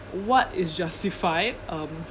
what is justified um